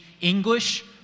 English